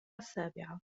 السابعة